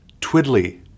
twiddly